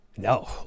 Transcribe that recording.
No